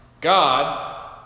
God